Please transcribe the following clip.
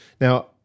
Now